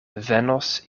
venos